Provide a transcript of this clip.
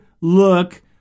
look